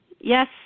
Yes